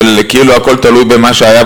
שכאילו הכול תלוי במה שהיה,